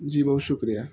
جی بہت شکریہ